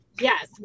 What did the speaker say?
Yes